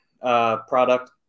product